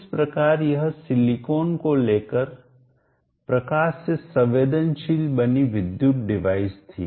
इस प्रकार यह सिलिकॉन को लेकर प्रकाश से संवेदनशील बनी विद्युत डिवाइस थी